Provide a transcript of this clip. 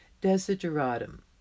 Desideratum